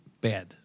Bad